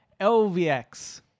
LVX